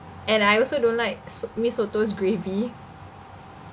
and I also don't like so~ mee soto's gravy